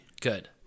Good